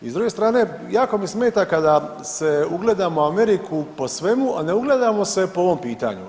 I s druge strane jako mi smeta kada se ugledamo u Ameriku po svemu, a ne ugledamo se po ovom pitanju.